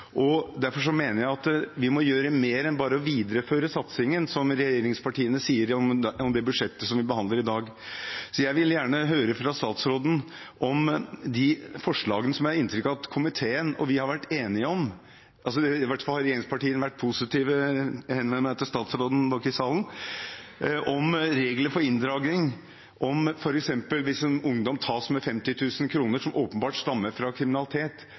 Derfor mener jeg vi må gjøre mer enn bare å videreføre satsingen, som regjeringspartiene sier om budsjettet vi behandler i dag. Jeg vil gjerne høre fra statsråden om forslagene om regler for inndragning, som jeg har inntrykk av at vi i komiteen har vært enige om – i hvert fall har regjeringspartiene vært positive – og jeg henvender meg til statsråden bak i salen: Hvis f.eks. en ungdom tas med 50 000 kr som åpenbart stammer fra kriminalitet,